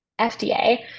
FDA